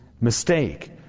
mistake